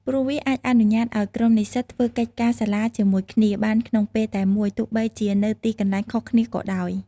ព្រោះវាអាចអនុញ្ញាតិឱ្យក្រុមនិស្សិតធ្វើកិច្ចការសាលាជាមួយគ្នាបានក្នុងពេលតែមួយ ទោះបីជានៅទីកន្លែងខុសគ្នាក៏ដោយ។